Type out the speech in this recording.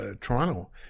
Toronto